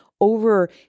over